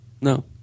No